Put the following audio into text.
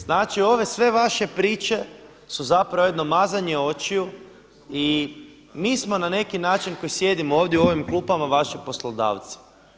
Znači ove sve vaše priče su jedno mazanje očiju i mi smo na neki način koji sjedimo ovdje u ovim klupama vaši poslodavci.